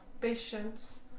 patience